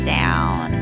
down